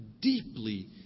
deeply